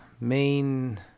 main